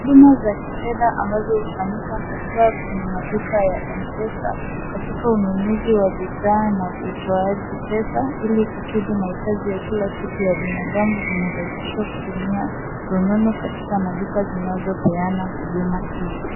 Huduma za kifedha ambazo hufanyika haswa kwenye M-Pesa, katika ununuzi wa bidhaa na utoaji wa pesa ili kukidhi mahitaji ya kila siku ya binadamu, zimerahisishwa kutumia rununu katika maduka zinazopeana huduma hizo.